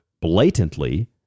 blatantly